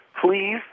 please